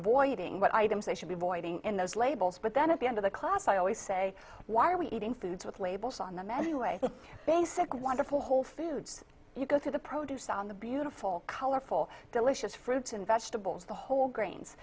avoiding what items they should be avoiding in those labels but then at the end of the class i always say why are we eating foods with labels on them anyway basic wonderful whole foods you go through the produce on the beautiful colorful delicious fruits and vegetables the whole grains